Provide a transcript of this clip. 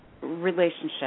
relationship